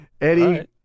Eddie